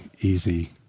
easy